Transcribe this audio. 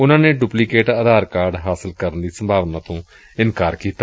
ਉਨੂਾ ਨੇ duplicate Aadhaar card ਹਾਸਲ ਕਰਨ ਦੀ ਸੰਭਾਵਨਾ ਤੋਂ ਇਨਕਾਰ ਕੀਤਾ